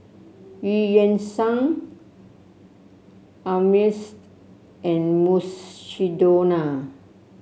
Eu Yan Sang Ameltz and Mukshidonna